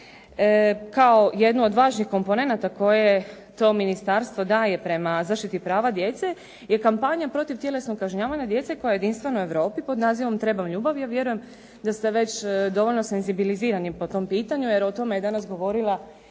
Kao jedno od važnih komponenata koje to ministarstvo daje prema zaštiti prava djece je kampanja protiv tjelesnog kažnjavanja djece koja jedinstvena u Europi pod nazivom "Trebam ljubav". Ja vjerujem da ste već dovoljno senzibilizirani po tom pitanju, jer o tome je danas govorila